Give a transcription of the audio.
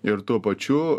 ir tuo pačiu